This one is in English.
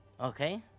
Okay